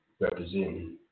representing